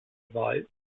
wahl